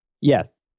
Yes